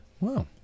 Wow